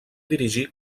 dirigir